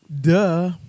Duh